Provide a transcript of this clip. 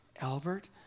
Albert